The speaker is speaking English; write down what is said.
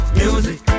music